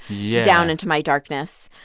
yeah. down into my darkness.